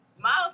Miles